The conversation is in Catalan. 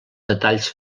detalls